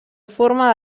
forma